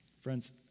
Friends